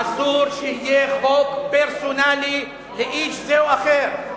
אסור שיהיה חוק פרסונלי לאיש זה או אחר.